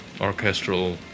orchestral